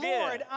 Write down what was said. Lord